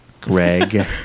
Greg